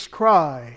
cry